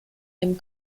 dem